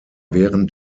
während